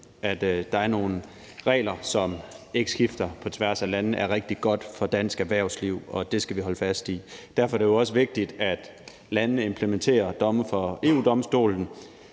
At der er nogle regler, som ikke skifter, på tværs af lande, er rigtig godt for dansk erhvervsliv, og det skal vi holde fast i. Derfor er det jo også vigtigt, at landene implementerer domme